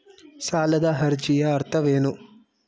ಸಾಲದ ಅರ್ಜಿಯ ಅರ್ಥವೇನು?